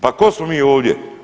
Pa tko smo mi ovdje.